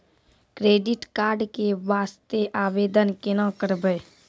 Credit card के वास्ते आवेदन केना करबै?